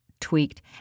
tweaked